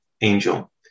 angel